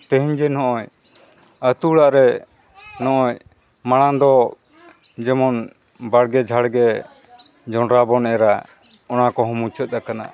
ᱛᱮᱦᱮᱧ ᱡᱮ ᱱᱚᱜᱼᱚᱸᱭ ᱟᱛᱳ ᱚᱲᱟᱜ ᱨᱮ ᱱᱚᱜᱼᱚᱸᱭ ᱢᱟᱲᱟᱝ ᱫᱚ ᱡᱮᱢᱚᱱ ᱵᱟᱲᱜᱮ ᱡᱷᱟᱲᱜᱮ ᱡᱚᱸᱰᱨᱟ ᱵᱚᱱ ᱮᱨᱻᱟ ᱚᱱᱟ ᱠᱚ ᱦᱚᱸ ᱢᱩᱪᱟᱹᱫ ᱟᱠᱟᱱᱟ